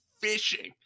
fishing